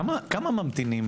כמה ממתינים?